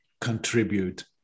contribute